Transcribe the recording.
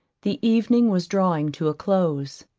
the evening was drawing to a close.